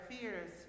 fears